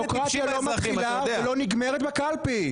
דמוקרטיה לא מתחילה ולא נגמרת בקלפי.